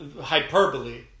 hyperbole